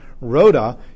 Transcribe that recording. Rhoda